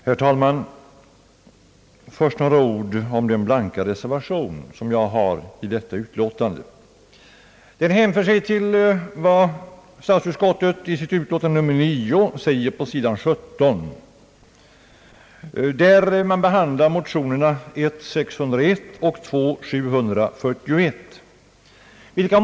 Herr talman! Först några ord om den blanka reservation som jag har avgivit till detta utlåtande. Den hänför sig till vad statsutskottet i sitt utlåtande nr 9 säger på sidan 17, där motionerna I: 601 och II: 741 behandlas.